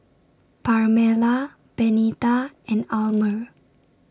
Pamella Benita and Almer